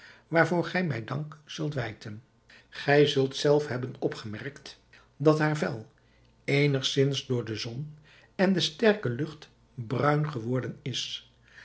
waarvoor gij mij dank zult wijten gij zult zelf hebben opgemerkt dat haar vel eenigzins door de zon en de sterke lucht bruin geworden is